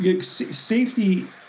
safety –